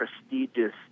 prestigious